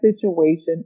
situation